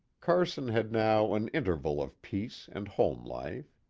carson had now an interval of peace and home life.